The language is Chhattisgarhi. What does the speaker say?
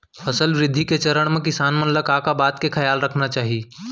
फसल वृद्धि के चरण म किसान मन ला का का बात के खयाल रखना चाही?